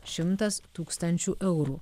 šimtas tūkstančių eurų